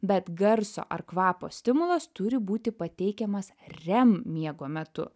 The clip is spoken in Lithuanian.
bet garso ar kvapo stimulas turi būti pateikiamas rem miego metu